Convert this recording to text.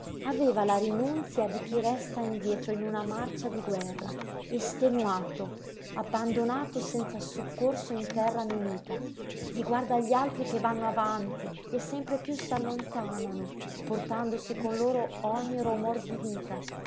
aveva la rinunzia di chi resta indietro in una marcia di guerra estenuato abbandonato senza soccorso in terra nemica e guarda gli altri che vanno avanti e sempre piú s'allontanano portandosi con loro ogni romor di vita